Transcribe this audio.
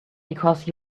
because